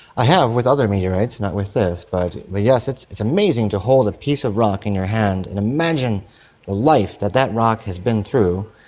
i have with other meteorites, not with this. but yes, it's it's amazing to hold a piece of rock in your hand and imagine the life that that rock has been through,